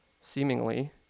seemingly